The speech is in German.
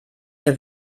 der